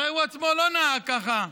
הרי הוא עצמו לא נהג ככה.